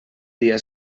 dia